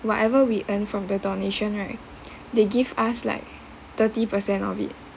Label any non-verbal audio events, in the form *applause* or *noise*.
whatever we earned from the donation right *breath* they give us like thirty percent of it